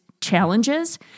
challenges